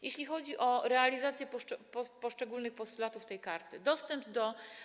Jeśli chodzi o realizację poszczególnych postulatów tej karty, dostęp do.